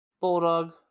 bulldog